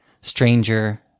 stranger